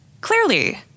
Clearly